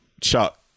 Chuck